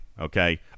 okay